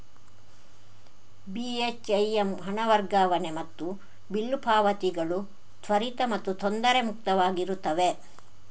ಬಿ.ಹೆಚ್.ಐ.ಎಮ್ ಹಣ ವರ್ಗಾವಣೆ ಮತ್ತು ಬಿಲ್ ಪಾವತಿಗಳು ತ್ವರಿತ ಮತ್ತು ತೊಂದರೆ ಮುಕ್ತವಾಗಿರುತ್ತವೆ